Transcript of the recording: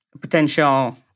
potential